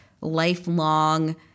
lifelong